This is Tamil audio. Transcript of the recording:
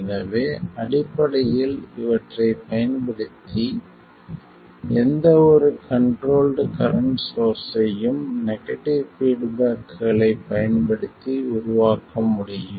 எனவே அடிப்படையில் இவற்றைப் பயன்படுத்தி எந்தவொரு கண்ட்ரோல்ட் கரண்ட் சோர்ஸ்ஸையும் நெகடிவ் பீட்பேக்களைப் பயன்படுத்தி உருவாக்க முடியும்